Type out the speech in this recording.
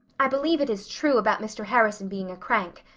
i believe it is true about mr. harrison being a crank.